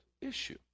issue